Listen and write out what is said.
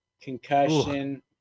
Concussion